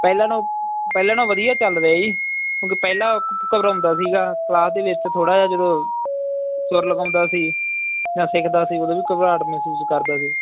ਪਹਿਲਾਂ ਨਾ ਪਹਿਲੇ ਨਾ ਵਧੀਆ ਚੱਲ ਰਿਹਾ ਜੀ ਹੁਣ ਪਹਿਲਾਂ ਘਬਰਾਉਂਦਾ ਸੀਗਾ ਕਲਾਸ ਦੇ ਵਿੱਚ ਥੋੜ੍ਹਾ ਜਿਹਾ ਜਦੋਂ ਸੁਰ ਲਗਾਉਂਦਾ ਸੀ ਜਾਂ ਸਿੱਖਦਾ ਸੀ ਉਦੋਂ ਵੀ ਘਬਰਾਹਟ ਮਹਿਸੂਸ ਕਰਦਾ ਸੀ